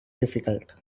difficult